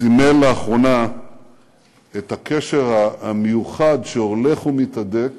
סימן לאחרונה את הקשר המיוחד שהולך ומתהדק